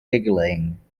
giggling